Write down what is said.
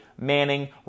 Manning